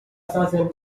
fonsègue